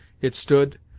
it stood,